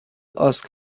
ask